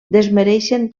desmereixen